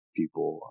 people